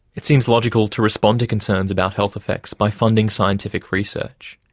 it seems logical to respond to concerns about health effects by funding scientific research.